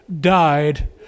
died